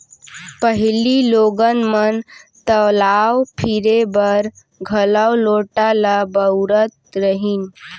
पहिली लोगन मन तलाव फिरे बर घलौ लोटा ल बउरत रहिन